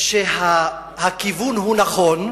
שהכיוון הוא נכון,